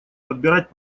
подбирать